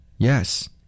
Yes